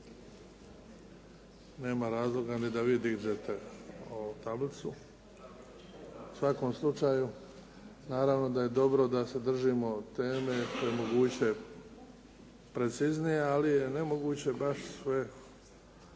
nema razloga ni da vi dignete ovu tablicu. U svakom slučaju naravno da je dobro da se držimo teme što je moguće preciznije ali je nemoguće baš sve